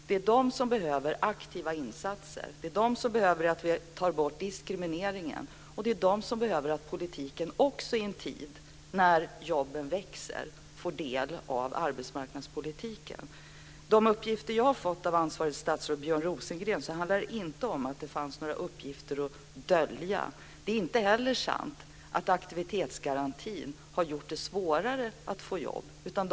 Det är de som behöver aktiva insatser. Det är de som har behov av att vi tar bort diskrimineringen, och det är de som också i en tid när antalet jobb växer behöver få del av arbetsmarknadspolitiken. Enligt de uppgifter som jag har fått av ansvarigt statsråd, Björn Rosengren, handlar det inte om att det fanns några uppgifter att dölja. Det är inte heller sant att aktivitetsgarantin har gjort det svårare för människor att få jobb.